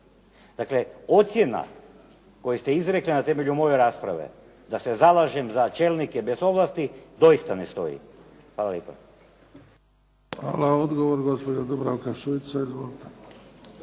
Dakle, ocjena koje ste izrekli na temelju moje rasprave da se zalažem za čelnike bez ovlasti doista ne stoji. Hvala lijepa. **Bebić, Luka (HDZ)** Hvala. Odgovor gospođa Dubravka Šuica. Izvolite.